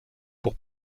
pour